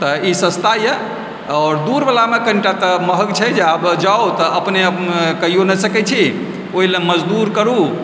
तऽ ई सस्ता यऽ आओर दूर वालामे कनिटा त महग छै आब जाउ तऽ अपने कइयो नहि सकय छी ओहि लऽ मजदुर करु